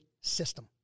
system